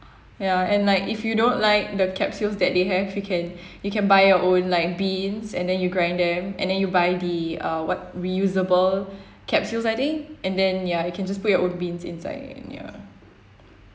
ya and like if you don't like the capsules that they have you can you can buy your own like beans and then you grind them and then you buy the uh what reusable capsules I think and then ya you can just put your own beans inside and ya